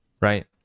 right